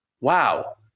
wow